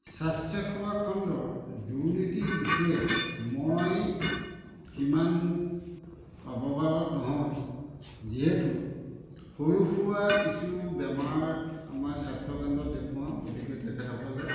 স্বাস্থ্যসেৱা খণ্ডৰ দুৰ্নীতিৰ বিষয়ে মই সিমান অৱগৰত নহয় যিহেতু সৰু সুৰা কিছু বেমাৰ আমাৰ স্বাস্থ্যকেন্দ্ৰত দেখুৱাওঁ গতিকে তেখেতসকলে